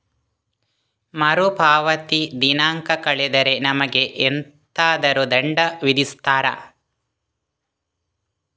ಮರುಪಾವತಿ ದಿನಾಂಕ ಕಳೆದರೆ ನಮಗೆ ಎಂತಾದರು ದಂಡ ವಿಧಿಸುತ್ತಾರ?